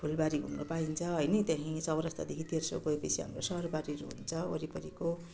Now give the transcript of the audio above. फुलबारी घुम्नु पाइन्छ होइन त्यही चौरास्तादेखि तेर्सो गयो पछि हाम्रो सरबारीहरू हुन्छ वरिपरिको